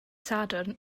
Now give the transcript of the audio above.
sadwrn